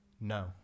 No